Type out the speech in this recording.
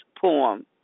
poem